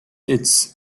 its